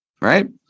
right